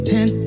Ten